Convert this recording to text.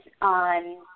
on